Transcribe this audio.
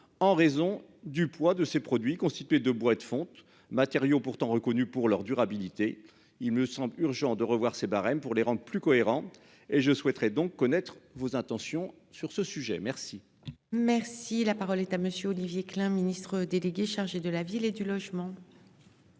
en raison du poids de ces produits constitués de bois de fonte Matériaux pourtant reconnus pour leur durabilité, il me semble urgent de revoir ses barèmes pour les rendre plus cohérent et je souhaiterais donc connaître. Vos intentions sur ce sujet. Merci. Merci la parole est à monsieur Olivier Klein, ministre délégué chargé de la ville et du logement.